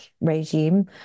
regime